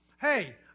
Hey